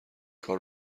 کار